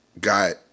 got